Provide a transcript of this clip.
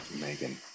Megan